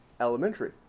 elementary